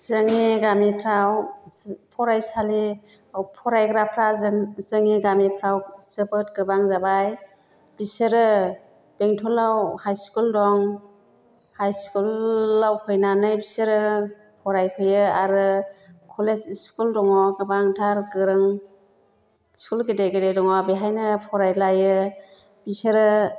जोंनि गामिफ्राव फरायसालि फरायग्राफ्रा जों जोंनि गामिफ्राव जोबोद गोबां जाबाय बिसोरो बेंटलाव हाइस्कुल दं हाइस्कुलाव फैनानै फिसोरो फरायहैयो आरो कलेज स्कुल दङ गोबांथार गोरों स्कुल गेदेर गेदेर दङ बेहायनो फरायद्लायो बिसोरो